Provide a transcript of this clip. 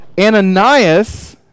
Ananias